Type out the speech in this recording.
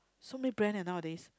so many brand nowadays